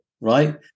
right